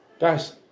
Guys